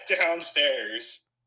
downstairs